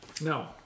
No